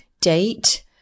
date